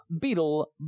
beetle